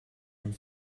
orm